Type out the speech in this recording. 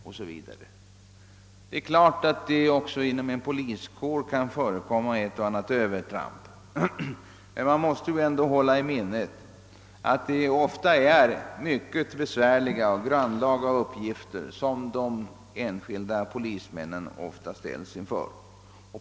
Givetvis kan det också inom en poliskår förekomma ett och annat övertramp men man måste hålla i minnet, att det ofta är mycket besvärliga och grannlaga uppgifter som de enskilda polismännen ställs inför.